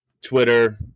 Twitter